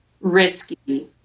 risky